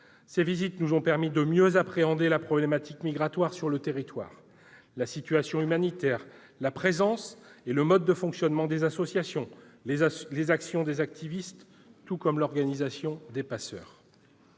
Ces visites nous ont permis de mieux appréhender la problématique migratoire sur le territoire : la situation humanitaire, la présence et le mode de fonctionnement des associations, les actions des activistes, tout comme l'organisation des passeurs.